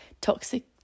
toxic